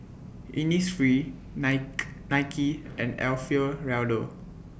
Innisfree Nike Nike and Alfio Raldo